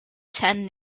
ten